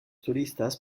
turistas